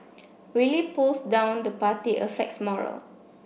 really pulls down the party affects morale